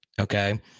Okay